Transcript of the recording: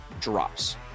drops